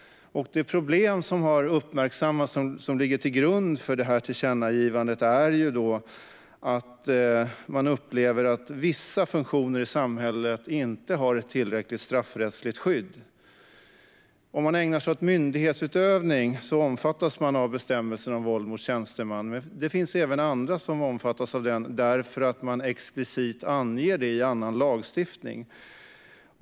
Det problem som har uppmärksammats som ligger till grund för tillkännagivandet är att man upplever att vissa funktioner i samhället inte har tillräckligt straffrättsligt skydd. Om man ägnar sig åt myndighetsutövning omfattas man av bestämmelsen om våld mot tjänsteman. Men det finns även andra som omfattas av den därför att det explicit anges i annan lagstiftning.